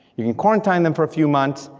you can quarantine them for a few months,